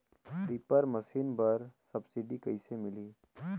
Reaper machine बर subsidy कइसे मिलही?